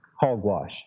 Hogwash